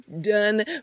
done